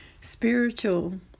Spiritual